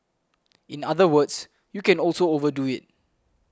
in other words you can also overdo it